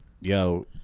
Yo